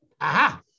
Aha